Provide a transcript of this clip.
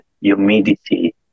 humidity